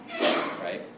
right